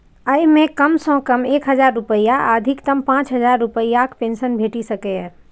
अय मे कम सं कम एक हजार रुपैया आ अधिकतम पांच हजार रुपैयाक पेंशन भेटि सकैए